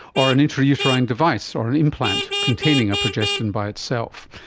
or an intrauterine and device or an implant containing a progestin by itself.